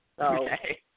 Okay